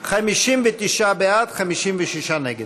היו"ר יולי יואל אדלשטיין: 59 בעד, 56 נגד.